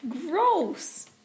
gross